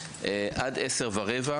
10:15,